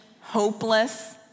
hopeless